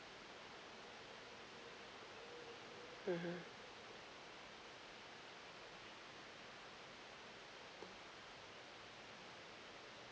mmhmm